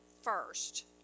first